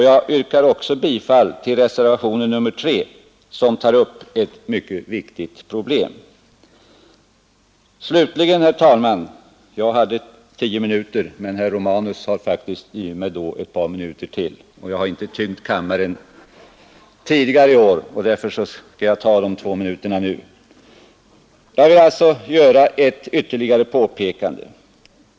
Jag yrkar även bifall till reservationen 3, som tar upp ett mycket viktigt problem. Slutligen, herr talman, jag hade tio minuter på mig, men herr Romanus har faktiskt givit mig ett par minuter till och eftersom jag inte har tyngt kammaren tidigare i år, skall jag ta de två minuterna i anspråk för att göra ett ytterligare påpekande.